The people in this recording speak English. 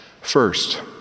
First